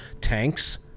tanks